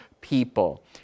people